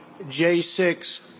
J6